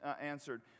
answered